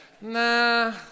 Nah